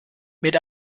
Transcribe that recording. mit